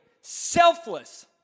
selfless